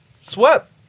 swept